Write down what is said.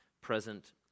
present